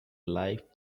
life